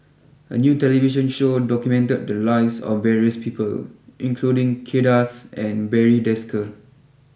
a new television show documented the lives of various people including Kay Das and Barry Desker